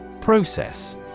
Process